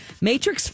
Matrix